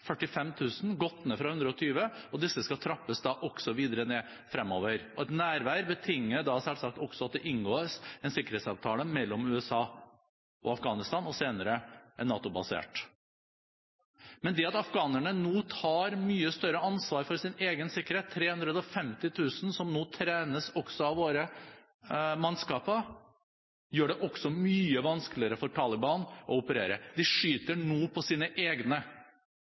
er gått ned fra 120 000, og disse skal trappes videre ned fremover. Et nærvær betinger selvsagt at det inngås en sikkerhetsavtale mellom USA og Afghanistan, og senere en NATO-basert. Men det at afghanerne nå tar mye større ansvar for sin egen sikkerhet – 350 000 som nå trenes også av våre mannskaper – gjør det også mye vanskeligere for Taliban å operere. De skyter nå på sine egne.